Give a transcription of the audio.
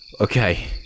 okay